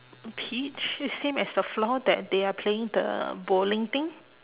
peach same as the floor that they are playing the bowling thing